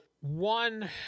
one